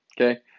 okay